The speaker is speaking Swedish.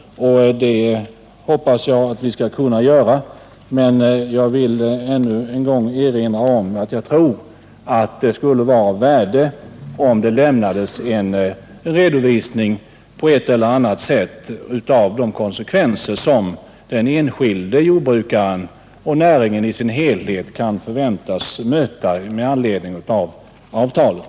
Sedan är jag till freds med det som jordbruksministern säger i slutet på jag vill ännu en gång uttala att jag tror det skulle vara av värde om det lämnades en redovisning på ett eller annat sätt av de konsekvenser för den enskilde jordbrukaren och näringen i dess helhet som kan förväntas i anledning av avtalet.